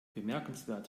bemerkenswert